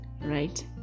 right